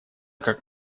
как